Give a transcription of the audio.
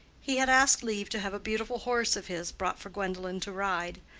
he had asked leave to have a beautiful horse of his brought for gwendolen to ride.